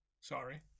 sorry